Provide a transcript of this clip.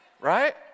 Right